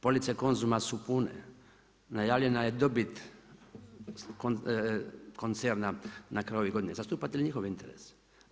Police Konzuma su pune, najavljena je dobit koncerna na kraju godine. zastupate li njihove interese?